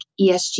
ESG